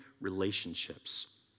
relationships